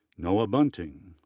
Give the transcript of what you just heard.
noah bunting,